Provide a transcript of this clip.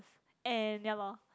and ya lor